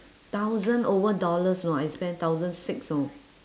thousand over dollars you know I spend thousand six you know